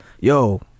Yo